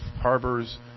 harbors